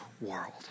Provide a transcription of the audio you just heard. world